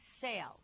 sales